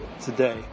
today